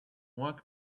work